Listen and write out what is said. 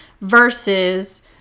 versus